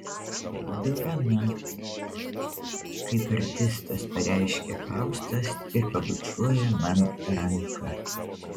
tai dovana kaip artistas pareiškia faustas ir pabučiuoja man ranką